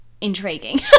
intriguing